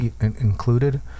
included